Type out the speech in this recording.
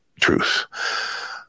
truth